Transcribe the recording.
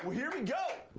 here we go.